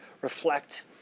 reflect